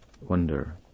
wonder